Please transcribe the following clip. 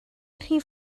rhif